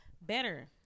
better